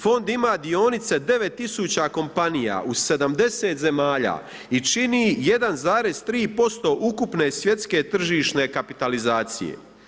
Fond ima dionice 9000 kompanija u 70 zemalja i čini 1,3% ukupne svjetske tržišne kapitalizacije.